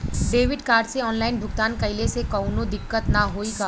Debit card से online भुगतान कइले से काउनो दिक्कत ना होई न?